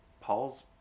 Paul's